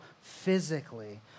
physically